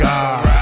God